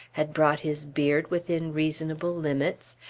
had brought his beard within reasonable limits,